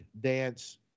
dance